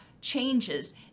changes